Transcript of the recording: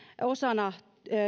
osana